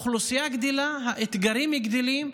האוכלוסייה גדלה, האתגרים גדלים,